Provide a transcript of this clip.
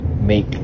make